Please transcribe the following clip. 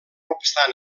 obstant